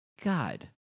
God